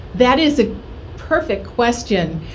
that is a perfect question.